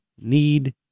need